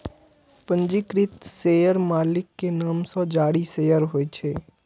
पंजीकृत शेयर मालिक के नाम सं जारी शेयर होइ छै